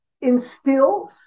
instills